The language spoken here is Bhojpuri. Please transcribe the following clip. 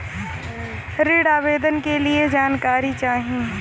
ऋण आवेदन के लिए जानकारी चाही?